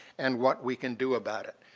and what we can do about it.